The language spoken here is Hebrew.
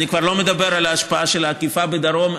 ואני כבר לא מדבר על ההשפעה העקיפה בדרום.